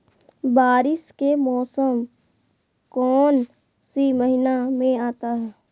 बारिस के मौसम कौन सी महीने में आता है?